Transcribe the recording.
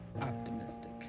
optimistic